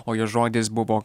o jo žodis buvo